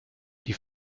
die